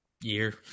year